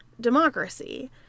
democracy